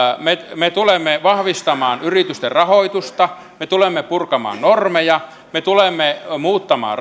me me tulemme vahvistamaan yritysten rahoitusta me tulemme purkamaan normeja me tulemme muuttamaan